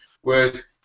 whereas